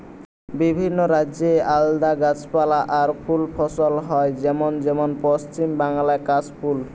বিভিন্ন রাজ্যে আলদা গাছপালা আর ফুল ফসল হয় যেমন যেমন পশ্চিম বাংলায় কাশ ফুল